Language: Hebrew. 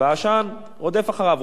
והעשן רודף אחריו.